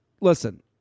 listen